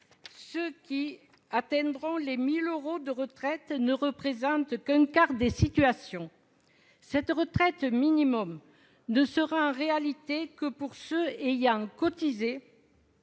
Ceux qui atteindront les 1 000 euros de retraite ne représentent qu'un quart des retraités. Cette retraite minimum ne concernera en réalité que ceux qui ont cotisé